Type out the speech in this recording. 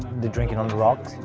drink it on the rocks.